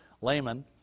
layman